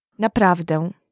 Naprawdę